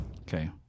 Okay